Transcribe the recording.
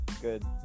good